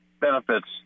benefits